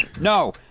No